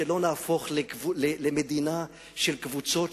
לא נהפוך למדינה של קבוצות,